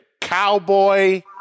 cowboy